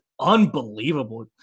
unbelievable